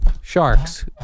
Sharks